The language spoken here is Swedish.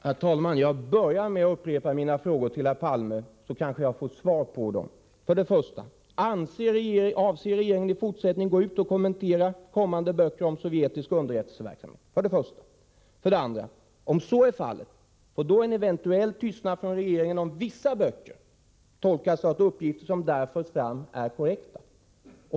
Herr talman! Jag börjar med att upprepa mina frågor till herr Palme, så får jag kanske svar på dem. För det första: Avser regeringen att i fortsättningen gå ut och kommentera kommande böcker om sovjetisk underrättelseverksamhet? För det andra: Om så är fallet, får då en eventuell tystnad från regeringens sida i fråga om vissa böcker tolkas så, att uppgifter som förs fram i dem är korrekta?